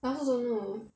I also don't know